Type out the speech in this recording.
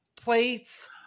plates